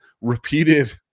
repeated